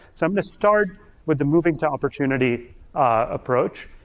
so i'm gonna start with the moving to opportunity approach.